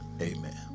Amen